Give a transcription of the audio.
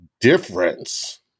difference